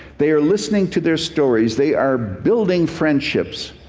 they are listening to their stories. they are building friendships.